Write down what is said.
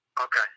Okay